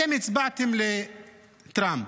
אתם הצבעתם לטרמפ,